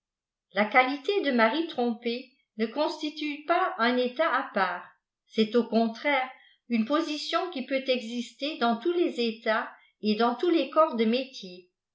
la qualité de mari trompé ne constitue pas un état à part c est au contraire une position qui peut exister dans tous les états et dans tous les corps de métier